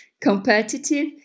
competitive